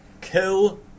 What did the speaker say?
Kill